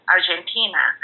Argentina